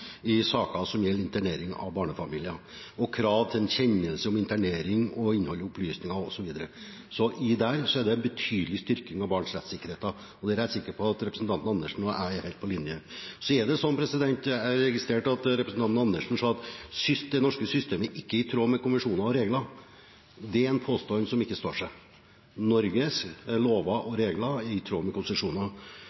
i saker som gjelder internering av barnefamilier, og at det skal være krav til kjennelse om internering, innhold i opplysninger osv. I det ligger det en betydelig styrking av barns rettssikkerhet. Der er jeg helt sikker på at representanten Andersen er helt på linje. Så registrerte jeg at representanten Andersen sa at det norske systemet ikke er i tråd med konvensjoner og regler. Det er en påstand som ikke står seg. Norges lover og